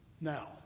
Now